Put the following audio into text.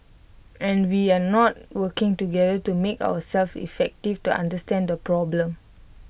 and we are not working together to make ourselves effective to understand the problem